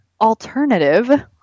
alternative